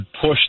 push